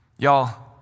Y'all